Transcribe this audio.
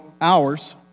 hours